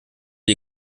die